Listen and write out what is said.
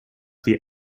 the